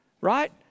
right